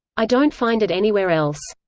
i don't find it anywhere else.